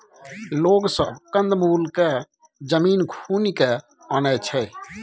लोग सब कंद मूल केँ जमीन खुनि केँ आनय छै